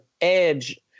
edge